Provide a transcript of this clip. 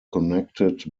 connected